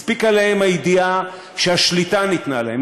הספיקה להם הידיעה שהשליטה ניתנה להם,